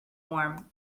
warm